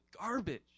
garbage